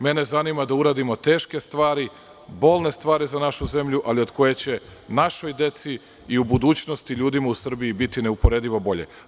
Mene zanima da uradimo teške stvari, bolne stvari za našu zemlju, ali od koje će našoj deci i u budućnosti ljudima u Srbiji biti neuporedivo bolje.